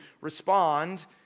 respond